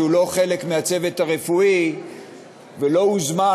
הוא לא חלק מהצוות הרפואי ולא הוזמן,